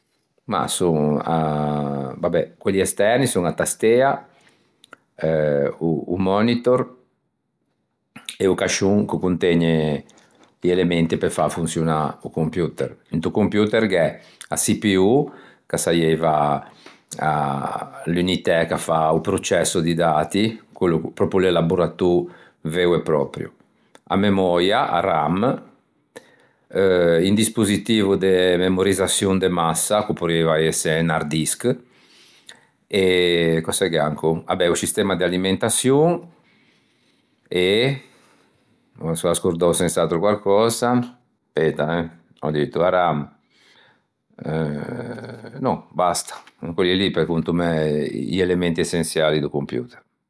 mah son vabè, quelli esterni son a tastea, o monitor e o cascion ch'o contëgne i elementi pe fâ fonçionâ o computer. Into coputer gh'é a CPU ch'a saieiva l'unitæ ch'a fa o processo di dati quello l'elaboratô veo e pròpio, a memòia a RAM, un dispositivo de memorizzaçion de massa ch'o porrieiva ëse un hard disk e cöse gh'é ancon, vabè o scistema de alimentaçion e me son ascordòou sens'atro quarcösa, speta eh ò dito a RAM, eh no basta, én quelli lì pe conto mæ i elementi essençiali do computer.